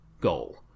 goal